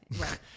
right